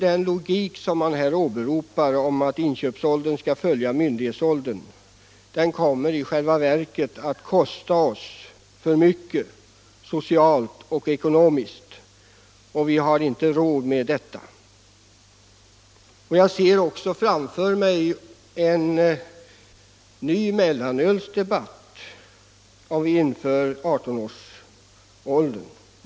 Man åberopar att det är logiskt att inköpsåldern skall följa myndighetsåldern. Den logiken skulle komma att kosta oss för mycket socialt och ekonomiskt, och det har vi inte råd med. Om vi inför 18-årsgränsen ser jag också framför mig en ny mellanölsdebatt.